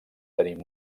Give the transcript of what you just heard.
tenir